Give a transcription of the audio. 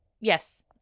Yes